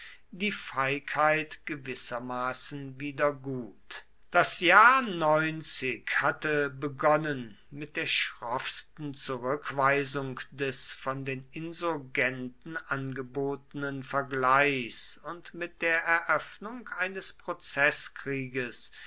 die feigheit gewissermaßen wieder gut das jahr hatte begonnen mit der schroffsten zurückweisung des von den insurgenten angebotenen vergleichs und mit der eröffnung eines